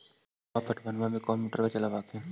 धनमा पटबनमा ले कौन मोटरबा चलाबा हखिन?